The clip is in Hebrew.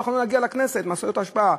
לא יכולנו להגיע לכנסת בגלל משאיות אשפה.